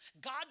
God